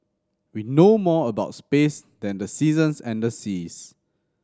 we know more about space than the seasons and the seas